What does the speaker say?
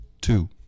Two